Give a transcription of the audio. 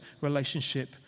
relationship